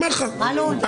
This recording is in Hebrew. אני אומר לך על השולחן,